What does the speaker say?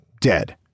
dead